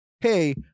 hey